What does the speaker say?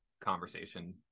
conversation-